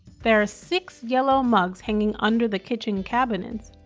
there are six yellow mugs hanging under the kitchen cabinets.